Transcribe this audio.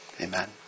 amen